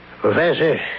Professor